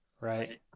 Right